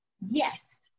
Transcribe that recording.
Yes